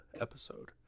episode